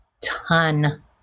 ton